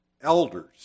elders